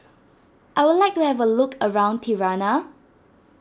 I would like to have a look around Tirana